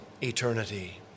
eternity